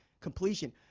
completion